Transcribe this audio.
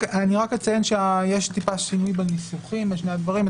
אני רק אציין שיש טיפה שינוי בניסוחים בשני הדברים.